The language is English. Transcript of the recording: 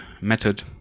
method